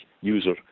user